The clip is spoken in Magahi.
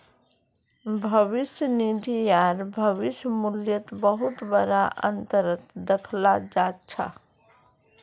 भविष्य निधि आर भविष्य मूल्यत बहुत बडा अनतर दखाल जा छ